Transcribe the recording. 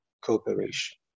cooperation